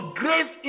grace